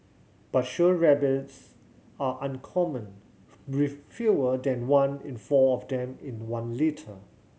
but show rabbits are uncommon with fewer than one in four of them in one litter